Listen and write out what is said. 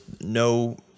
no